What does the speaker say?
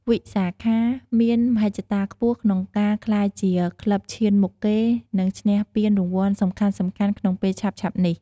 វិសាខាមានមហិច្ឆតាខ្ពស់ក្នុងការក្លាយជាក្លឹបឈានមុខគេ និងឈ្នះពានរង្វាន់សំខាន់ៗក្នុងពេលឆាប់ៗនេះ។